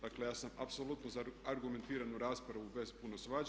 Dakle, ja sam apsolutno za argumentiranu raspravu bez puno svađe.